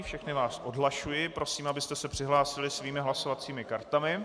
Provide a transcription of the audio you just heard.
Všechny vás odhlašuji a prosím, abyste se přihlásili svými hlasovacími kartami.